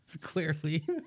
Clearly